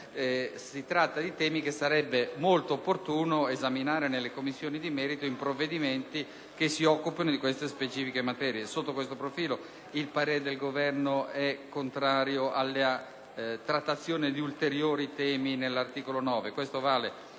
Si tratta di temi che sarebbe molto opportuno esaminare nelle Commissioni di merito in provvedimenti che si occupano di queste specifiche materie. Sotto questo profilo il parere del Governo è contrario alla trattazione di ulteriori temi all'interno